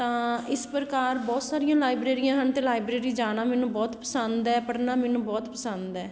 ਤਾਂ ਇਸ ਪ੍ਰਕਾਰ ਬਹੁਤ ਸਾਰੀਆਂ ਲਾਇਬ੍ਰੇਰੀਆਂ ਹਨ ਅਤੇ ਲਾਇਬ੍ਰੇਰੀ ਜਾਣਾ ਮੈਨੂੰ ਬਹੁਤ ਪਸੰਦ ਹੈ ਪੜ੍ਹਨਾ ਮੈਨੂੰ ਬਹੁਤ ਪਸੰਦ ਹੈ